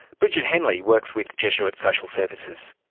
brigid henley works with jesuit social services.